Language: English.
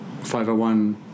501